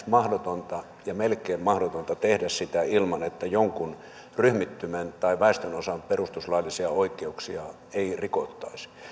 lähes mahdotonta ja melkein mahdotonta tehdä sitä ilman että jonkun ryhmittymän tai väestönosan perustuslaillisia oikeuksia ei rikottaisi